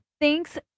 thanks